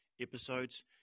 episodes